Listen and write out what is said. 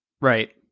Right